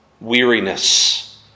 weariness